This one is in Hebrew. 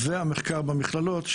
והמחקר במכללות,